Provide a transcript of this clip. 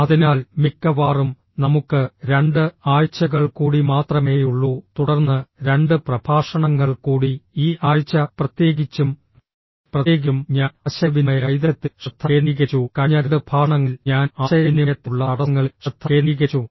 അതിനാൽ മിക്കവാറും നമുക്ക് രണ്ട് ആഴ്ചകൾ കൂടി മാത്രമേയുള്ളൂ തുടർന്ന് രണ്ട് പ്രഭാഷണങ്ങൾ കൂടി ഈ ആഴ്ച പ്രത്യേകിച്ചും പ്രത്യേകിച്ചും ഞാൻ ആശയവിനിമയ വൈദഗ്ധ്യത്തിൽ ശ്രദ്ധ കേന്ദ്രീകരിച്ചു കഴിഞ്ഞ രണ്ട് പ്രഭാഷണങ്ങളിൽ ഞാൻ ആശയവിനിമയത്തിനുള്ള തടസ്സങ്ങളിൽ ശ്രദ്ധ കേന്ദ്രീകരിച്ചു